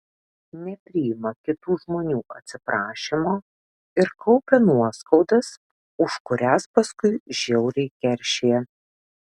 nepriima kitų žmonių atsiprašymo ir kaupia nuoskaudas už kurias paskui žiauriai keršija